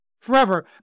forever